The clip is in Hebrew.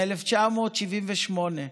מ-1978.